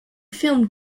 film